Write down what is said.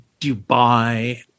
Dubai